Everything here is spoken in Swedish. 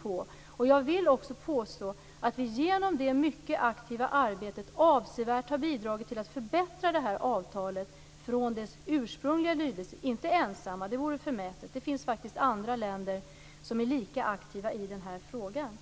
på. Jag vill påstå att vi genom det mycket aktiva arbetet avsevärt har bidragit till att det här avtalet förbättrats i förhållande till dess ursprungliga lydelse. Det har vi inte åstadkommit ensamma - det vore förmätet att påstå något sådant. Det finns faktiskt länder som är lika aktiva som vi i den här frågan.